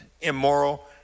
immoral